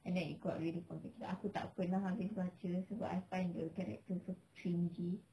and then it got really complicated aku tak pernah habis baca sebab I find the character so cringey